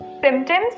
Symptoms